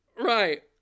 right